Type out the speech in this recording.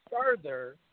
further